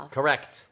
Correct